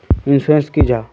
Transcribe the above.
Insurance की जाहा?